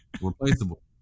replaceable